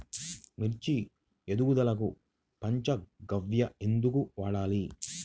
మిర్చి ఎదుగుదలకు పంచ గవ్య ఎందుకు వాడాలి?